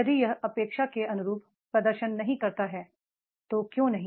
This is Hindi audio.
यदि यह अपेक्षा के अनुरूप प्रदर्शन नहीं करता है तो क्यों नहीं